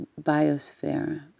biosphere